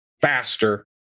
faster